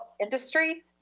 industry